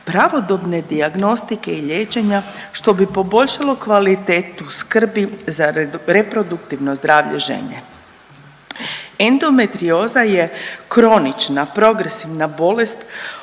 pravodobne dijagnostike i liječenja, što bi poboljšalo kvalitetu skrbi za reproduktivno zdravlje žene. Endometrioza je kronična progresivna bolest